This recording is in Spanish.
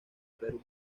perú